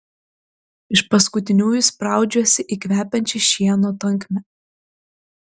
iš paskutiniųjų spraudžiuosi į kvepiančią šieno tankmę